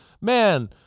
man